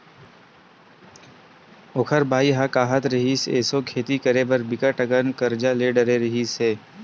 ओखर बाई ह काहत रिहिस, एसो खेती करे बर बिकट अकन करजा ले डरे रिहिस हे